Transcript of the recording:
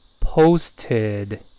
posted